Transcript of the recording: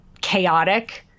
chaotic